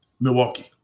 Milwaukee